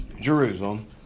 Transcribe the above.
Jerusalem